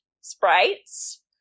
sprites